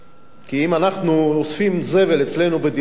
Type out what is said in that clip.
כי אם אנחנו אוספים אצלנו זבל בדירה,